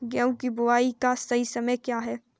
गेहूँ की बुआई का सही समय क्या है?